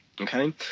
okay